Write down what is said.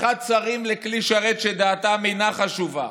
הפיכת שרים לכלי שרת שדעתם אינה חשובה.